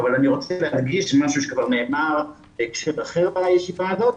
אבל אני רוצה להדגיש משהו שכבר נאמר בהקשר אחר בישיבה הזאת,